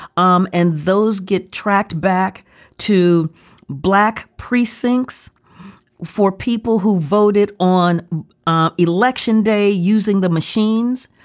um and those get tracked back to black precincts for people who voted on ah election day using the machines,